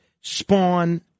spawn